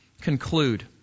conclude